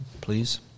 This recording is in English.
please